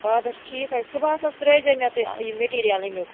اَدٕ حظ ٹھیٖک حظ چھُ صُبحس حظ ترٛٲوزیٚو مےٚ تُہۍ یہِ میٚٹیٖریَل اَمیُک